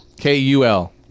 K-U-L